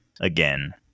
again